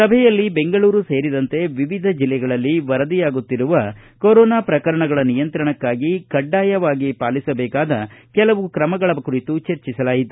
ಸಭೆಯಲ್ಲಿ ಬೆಂಗಳೂರು ಸೇರಿದಂತೆ ವಿವಿಧ ಜಿಲ್ಲೆಗಳಲ್ಲಿ ವರದಿಯಾಗುತ್ತಿರುವ ಕೋರೋನಾ ಪ್ರಕರಣಗಳ ನಿಯಂತ್ರಣಕ್ನಾಗಿ ಕಡ್ಡಾಯವಾಗಿ ಪಾಲಿಸಬೇಕಾದ ಕೆಲವು ಕ್ರಮಗಳನ್ನು ಸೂಚಿಸಲಾಗಿದೆ